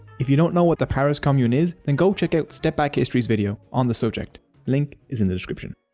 if you don't know what the paris commune is and go check out stepback history's video on the subject. link is in the description.